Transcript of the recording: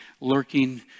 lurking